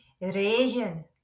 regen